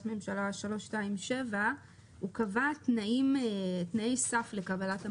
הממשלה 327 קבע תנאי סף לקבלת המענק.